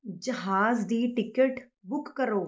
ਜਹਾਜ਼ ਦੀ ticket book ਕਰੋ